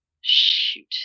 shoot